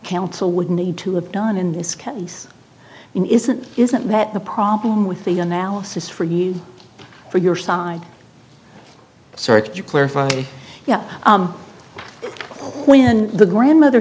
counsel would need to have done in this case in isn't isn't that the problem with the analysis for you for your side search you clarify yeah when the grandmother